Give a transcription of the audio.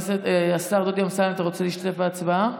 השר דודי אמסלם, אתה רוצה להשתתף בהצבעה?